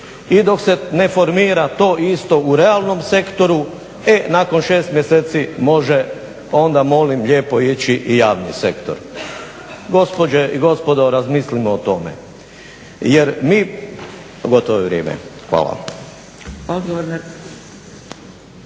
I dok se ne formira to isto u realnom sektoru, e nakon 6 mjeseci može, onda molim lijepo ići i javni sektor. Gospođe i gospodo razmislimo o tome. Jer mi, gotovo je vrijeme. Hvala.